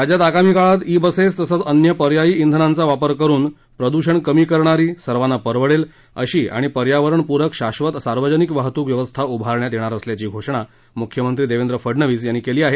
राज्यात आगामी काळात ई बसेस तसंच अन्य पर्यायी इंधनांचा वापर करुन प्रदूषण कमी करणारी सर्वांना परवडेल अशी आणि पर्यावरणपूरक शाश्वत सार्वजनिक वाहतूक व्यवस्था उभारण्यात येणार असल्याची घोषणा मुख्यमंत्री देवेंद्र फडणवीस यांनी केली आहे